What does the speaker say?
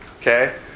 Okay